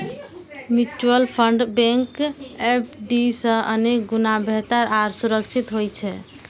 mutual fund bank FD सं अनेक गुणा बेहतर आ सुरक्षित होइ छै